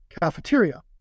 Cafeteria